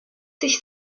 sich